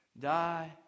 Die